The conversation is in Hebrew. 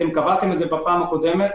קבעתם את זה בפעם הקודמת.